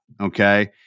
okay